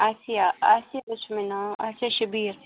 آسیا آسِیا حظ چھُ مےٚ ناو آسِیا شَبیٖر